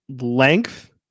length